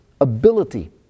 ability